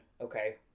okay